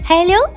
Hello